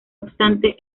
obstante